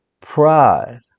pride